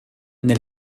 nel